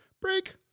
break